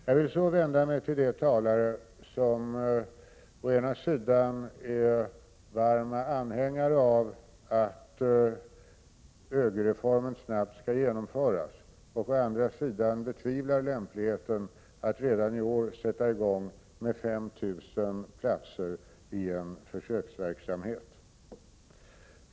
Jag vill så vända mig till de talare som å ena sidan är varma anhängare av att ÖGY-reformen snabbt skall genomföras och å andra sidan betvivlar lämpligheten av att redan i år sätta i gång en försöksverksamhet med 5 000 platser.